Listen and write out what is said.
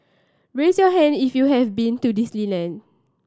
raise your hand if you have been to Disneyland